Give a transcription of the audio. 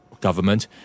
government